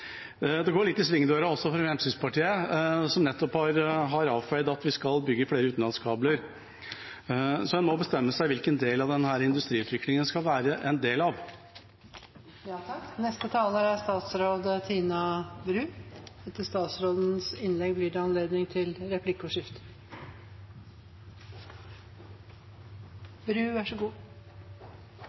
litt i svingdøra også for Fremskrittspartiet, som nettopp har avfeid at vi skal bygge flere utenlandskabler. Man må bestemme seg for hvilken del av denne industriutviklingen man skal være en del